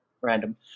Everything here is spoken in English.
random